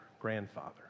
grandfather